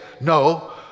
No